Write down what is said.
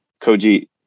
Koji